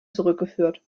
zurückgeführt